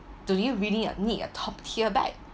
do you really need a top tier bag